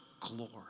glory